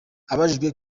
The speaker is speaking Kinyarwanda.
abajijwe